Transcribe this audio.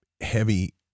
heavy